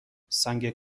سنگ